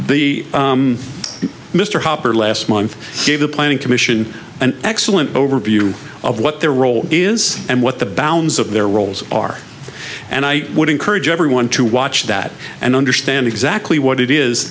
the mr hopper last month gave the planning commission an excellent overview of what their role is and what the bounds of their roles are and i would encourage everyone to watch that and understand exactly what it is